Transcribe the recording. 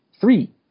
three